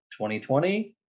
2020